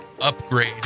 upgrade